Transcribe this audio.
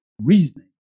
reasoning